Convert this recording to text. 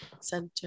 center